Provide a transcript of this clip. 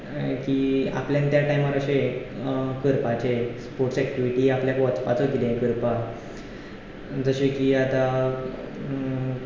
की आपल्यान त्या टायमार अशें करपाचें स्पोर्ट्स एक्टिविटी आपल्यान वचपाचो कितेंय करपाक जशें की आतां